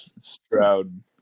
Stroud